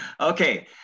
Okay